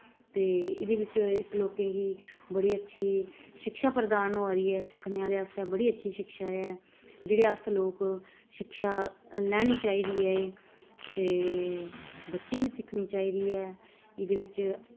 ते एह्दे बिच्च इक लोकें गी बड़ी अच्छी शिक्षा प्रधान होआ दी ऐ सिक्खने आह्लें आस्तै बड़ी अच्छी शिक्षा ऐ जेह्ड़े अस लोक शिक्षा लैनी चाही दी ऐ एह् ते बच्चें बी सिक्खनी चाही दी ऐ एह्दे बिच्च